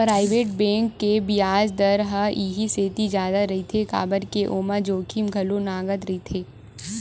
private bank के बियाज दर ह इहि सेती जादा रहिथे काबर के ओमा जोखिम घलो नँगत रहिथे